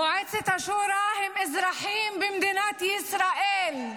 מועצת השורא הם אזרחים במדינת ישראל,